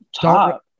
Top